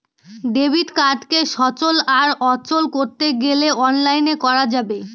debit কার্ডকে সচল আর অচল করতে গেলে অনলাইনে করা যাবে